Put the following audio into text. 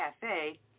cafe